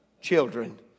children